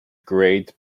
great